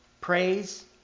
praise